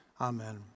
Amen